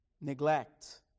neglect